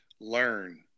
learn